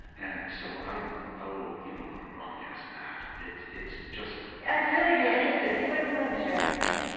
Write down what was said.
and so i'm oh, you don't want to broadcast that. it's it's just, i'd really be interested. if you wouldn't mind sharing it, i,